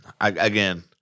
Again